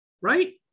Right